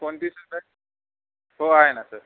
कोणती साखर हो आहे ना सर